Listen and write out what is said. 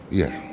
yeah.